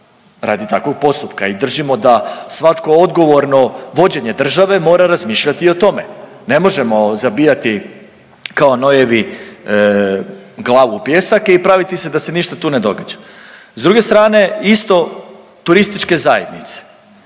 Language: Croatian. radi takvog postupka. I držimo da svatko odgovorno vođenje države mora razmišljati i o tome. Ne možemo zabijati kao nojevi glavu u pijesak i praviti se da ništa tu ne događa. S druge strane, isto turističke zajednice.